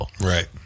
Right